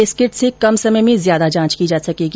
इस किट से कम समय में ज्यादा जांच की जा सकेगी